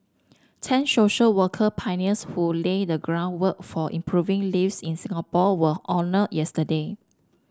ten social work pioneers who laid the groundwork for improving lives in Singapore were honoured yesterday